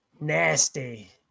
Nasty